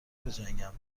بجنگم